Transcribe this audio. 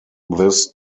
this